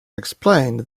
explained